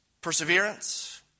perseverance